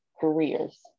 careers